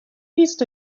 east